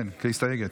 כן, כמסתייגת.